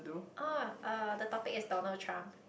ah uh the topic is Donald-Trump